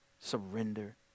Surrender